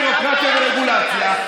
כמסירים ביורוקרטיה ורגולציה,